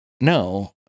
no